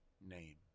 name